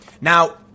Now